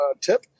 tip